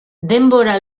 denbora